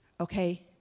okay